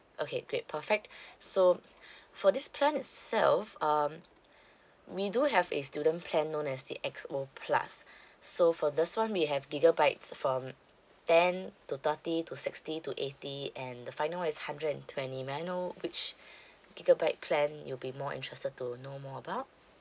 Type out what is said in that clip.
okay great perfect so for this plan itself um we do have a student plan known as the X O plus so for this one we have gigabytes from ten to thirty to sixty to eighty and the final [one] is hundred and twenty may I know which gigabyte plan you'll be more interested to know more about